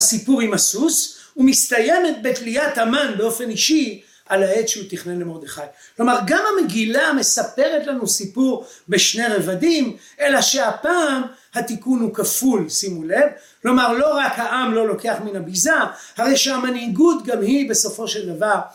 הסיפור עם הסוס ומסתיימת בתליית המן באופן אישי על העץ שהוא תכנן למרדכי. כלומר גם המגילה מספרת לנו סיפור בשני רבדים אלא שהפעם התיקון הוא כפול שימו לב. כלומר לא רק העם לא לוקח מן הביזה הרי שהמנהיגות גם היא בסופו של דבר